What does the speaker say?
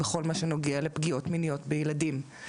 בכל מה שנוגע לפגיעות מיניות בילדים.